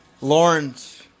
Lawrence